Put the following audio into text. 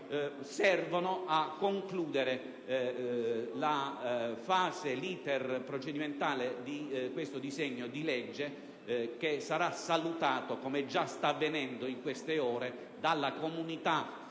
servono a concludere l'*iter* procedimentale di questo disegno di legge (che sarà salutato, come già sta avvenendo in queste ore, dalla comunità nazionale,